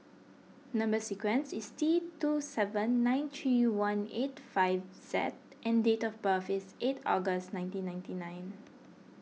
Number Sequence is T two seven nine three one eight five Z and date of birth is eight August nineteen ninety nine